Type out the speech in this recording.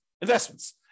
investments